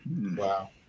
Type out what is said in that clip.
Wow